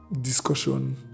discussion